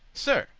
sir,